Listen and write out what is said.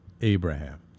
Abraham